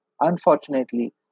Unfortunately